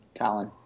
Colin